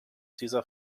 dieser